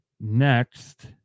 next